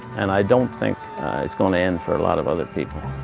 and i don't think it's going to end for a lot of other people.